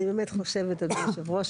אני באמת חושבת כבוד יושב הראש,